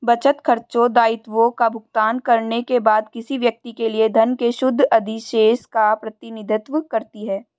बचत, खर्चों, दायित्वों का भुगतान करने के बाद किसी व्यक्ति के लिए धन के शुद्ध अधिशेष का प्रतिनिधित्व करती है